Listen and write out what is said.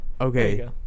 okay